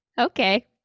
Okay